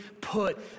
put